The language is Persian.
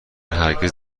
هرگز